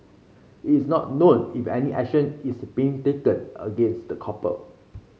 it's not known if any action is being taken against the couple